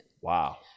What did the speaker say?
Wow